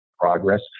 progress